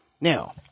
Now